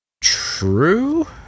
True